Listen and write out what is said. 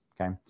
okay